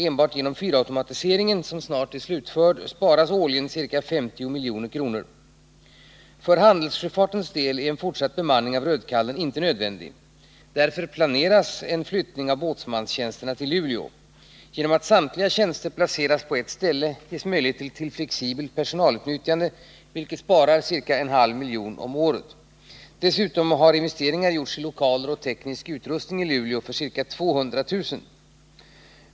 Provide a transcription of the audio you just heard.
Enbart genom fyrautomatiseringen, som snart slutförts, sparas årligen ca 50 milj.kr. För handelssjöfartens del är fortsatt bemanning av Rödkallen inte nödvändig. Därför planeras en flyttning av båtsmanstjänsterna till Luleå. Genom att samtliga tjänster placeras på ett ställe ges möjlighet till flexibelt personalutnyttjande, vilket sparar ca 500 000 kr. per år. Dessutom har investeringar gjorts i lokaler och teknisk utrustning i Luleå för ca 200 000 kr.